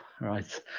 right